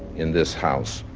in this house.